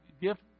gift